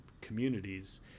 communities